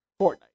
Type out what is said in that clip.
Fortnite